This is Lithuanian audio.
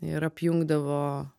ir apjungdavo